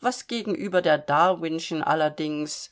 was gegenüber der darwinischen allerdings